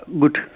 good